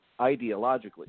ideologically